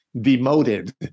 demoted